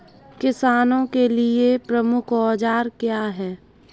किसानों के लिए प्रमुख औजार क्या हैं?